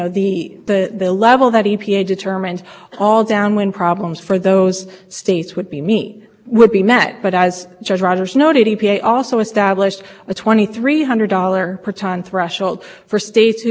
that somehow that would throw out the calculation as to whether or not there will be attainment or interference with maintenance mean nothing changes other than